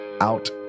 out